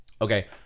Okay